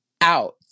out